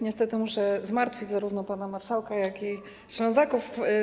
Niestety muszę zmartwić zarówno pana marszałka, jak i Ślązaków.